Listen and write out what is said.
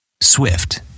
Swift